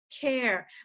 care